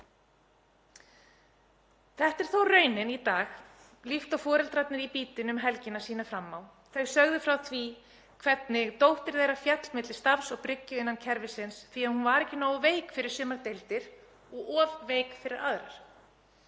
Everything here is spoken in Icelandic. Þetta er þó raunin í dag líkt og foreldrarnir sem komu í Bítið um helgina sýna fram á. Þau sögðu frá því hvernig dóttir þeirra féll milli skips og bryggju innan kerfisins því að hún var ekki nógu veik fyrir sumar deildir en of veik fyrir aðrar.